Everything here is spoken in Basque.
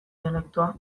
dialektoa